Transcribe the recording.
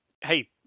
hey